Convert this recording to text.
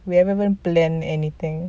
we haven't even plan anything